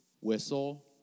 Whistle